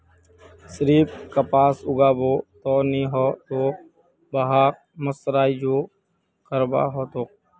सिर्फ कपास उगाबो त नी ह तोक वहात मर्सराइजो करवा ह तोक